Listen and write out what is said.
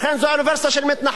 לכן זו אוניברסיטה של מתנחלים.